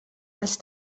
els